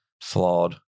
flawed